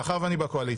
מאחר שאני בקואליציה,